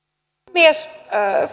puhemies